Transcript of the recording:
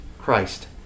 Christ